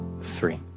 three